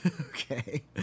Okay